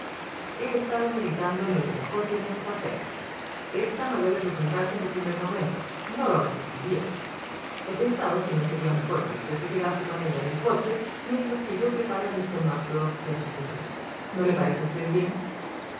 he estado meditando en lo que mejor debemos hacer esta no debe presentarse en el primer momento no lo resistiría he pensado si no sería mejor que usted se quedase con ella en el coche mientras que yo preparo a míster musgrove y a su señora no le parece a usted bien